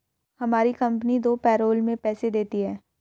हमारी कंपनी दो पैरोल में पैसे देती है